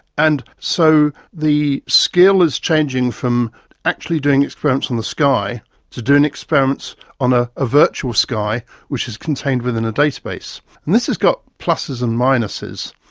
and so the skill is changing from actually doing experiments on the sky to doing experiments on ah a virtual sky which is contained within a database. and this has got pluses and minuses.